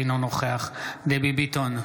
אינו נוכח דבי ביטון,